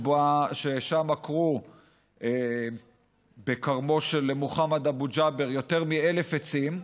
ששם עקרו בכרמו של מוחמד אבו ג'אבר יותר מ-1,000 עצים,